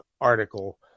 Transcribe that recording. article